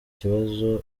kibazo